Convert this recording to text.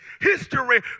history